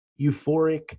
euphoric